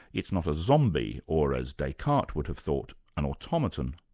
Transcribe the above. it's not a zombie or, as descartes would have thought, an automaton.